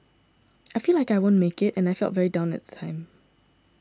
I felt like I won't make it and I felt very down at the time